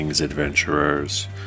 adventurers